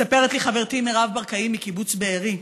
מספרת לי חברתי מירב ברקאי, מקיבוץ בארי: